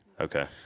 Okay